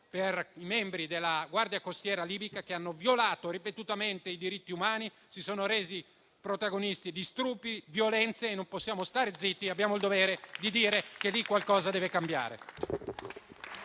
ai membri della guardia costiera libica che hanno violato ripetutamente i diritti umani, si sono resi protagonisti di stupri e violenze. Non possiamo stare zitti e abbiamo il dovere di dire che lì qualcosa deve cambiare.